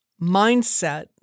mindset